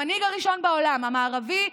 המנהיג הראשון בעולם המערבי,